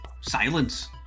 silence